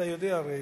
אתה יודע הרי